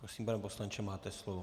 Prosím, pane poslanče, máte slovo.